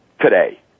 today